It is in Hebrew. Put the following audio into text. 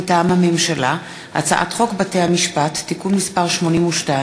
מטעם הממשלה: הצעת חוק בתי-המשפט (תיקון מס 82),